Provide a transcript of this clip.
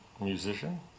musician